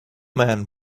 man